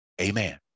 Amen